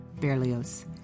Berlioz